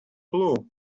blue